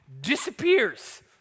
disappears